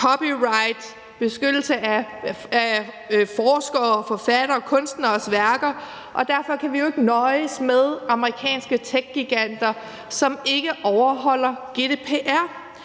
copyright, beskyttelse af forskere, forfattere og kunstneres værker, og derfor kan vi jo ikke nøjes med amerikanske techgiganter, som ikke overholder GDPR.